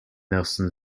nelson